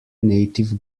native